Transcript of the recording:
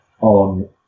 on